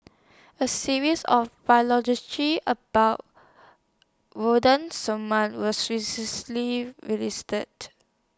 A series of about wooden